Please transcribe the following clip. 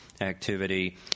activity